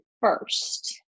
first